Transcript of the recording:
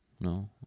No